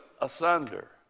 asunder